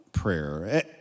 Prayer